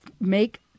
make